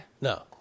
No